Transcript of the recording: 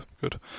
good